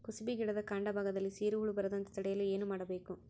ಕುಸುಬಿ ಗಿಡದ ಕಾಂಡ ಭಾಗದಲ್ಲಿ ಸೀರು ಹುಳು ಬರದಂತೆ ತಡೆಯಲು ಏನ್ ಮಾಡಬೇಕು?